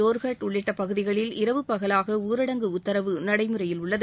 ஜோர்ஹட் உள்ளிட்ட பகுதிகளில் இரவு பகலாக ஊரடங்கு உத்தரவு நடைமுறையில் உள்ளது